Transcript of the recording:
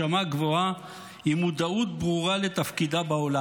גבוהה עם מודעות ברורה לתפקידה בעולם.